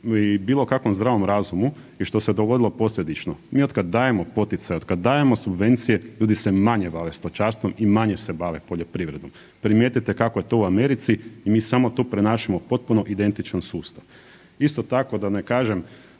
i bilo kakvom zdravom razumu je što se dogodilo posljedično, mi otkad dajemo poticaje, otkad dajemo subvencije, ljudi se manje bave stočarstvom i manje se bave poljoprivredom. Primijetite kako je to u Americi i mi samo tu prenašamo potpuno identičan sustav. Isto tako da ne kažem